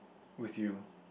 with you